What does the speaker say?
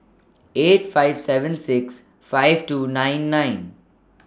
eight five seven six five two nine nine